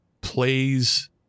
plays